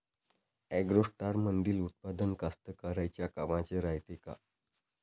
ॲग्रोस्टारमंदील उत्पादन कास्तकाराइच्या कामाचे रायते का?